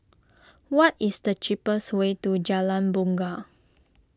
what is the cheapest way to Jalan Bungar